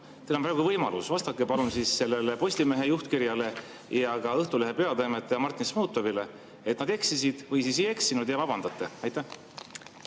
Teil on praegu võimalus: vastake palun Postimehe juhtkirjale ja ka Õhtulehe peatoimetajale Martin Šmutovile, kas nad eksisid või ei eksinud, ja vabandage. Aitäh!